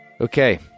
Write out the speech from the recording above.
Okay